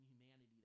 humanity